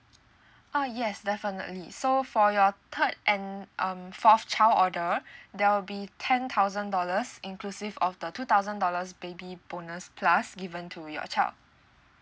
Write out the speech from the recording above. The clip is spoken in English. ah yes definitely so for your third and um fourth child order there will be ten thousand dollars inclusive of the two thousand dollars baby bonus plus given to your child